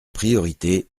priorité